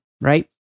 right